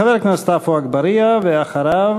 חבר הכנסת עפו אגבאריה, ואחריו